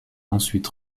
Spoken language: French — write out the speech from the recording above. ensuite